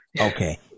Okay